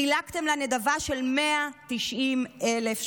חילקתם לה נדבה של 190,000 שקלים.